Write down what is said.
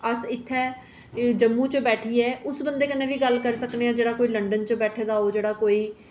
अस इत्थै जम्मू च बैठियै उस बंदे कन्नै बी गल्ल करी सकने आं जेह्ड़ा कोई लंदन च बैठे दा होऐ और जेह्ड़ा कोई